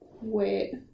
Wait